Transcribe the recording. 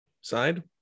side